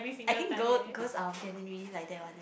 I think girls girls are generally like that one leh